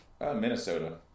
Minnesota